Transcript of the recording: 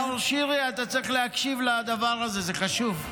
נאור שירי, אתה צריך להקשיב לדבר הזה, זה חשוב.